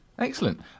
Excellent